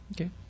Okay